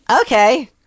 Okay